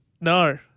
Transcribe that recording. No